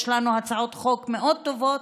יש לנו הצעות חוק מאוד טובות,